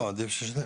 לא, עדיף ששניהם.